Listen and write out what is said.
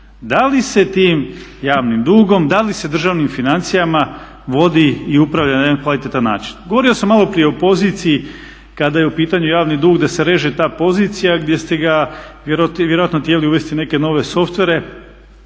da li se tim javnim dugom, da li se državnim financijama vodi i upravlja na jedan kvalitetan način. Govorio sam maloprije o poziciji kada je u pitanju javni dug da se reže ta pozicija gdje ste ga vjerojatno htjeli uvesti neke nove softvere